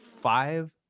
five